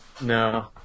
no